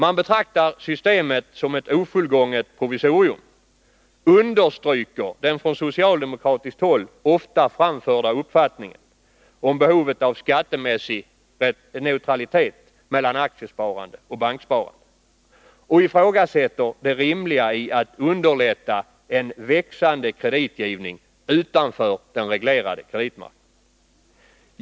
Man betraktar systemet som ett ofullgånget provisorium, som understryker den från socialdemokratiskt håll ofta framförda uppfattningen om behovet av skattemässig neutralitet mellan aktiesparande och banksparande samt ifrågasätter det rimliga i att underlätta en växande kreditgivning utanför den reglerade kreditmarknaden.